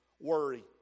worry